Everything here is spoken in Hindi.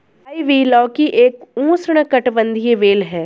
आइवी लौकी एक उष्णकटिबंधीय बेल है